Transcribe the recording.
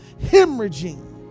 hemorrhaging